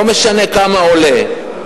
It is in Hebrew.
לא משנה כמה עולה,